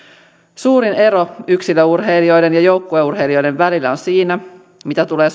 suurin ero yksilöurheilijoiden ja joukkueurheilijoiden välillä mitä tulee